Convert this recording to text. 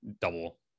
double